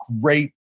great